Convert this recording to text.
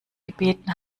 gebeten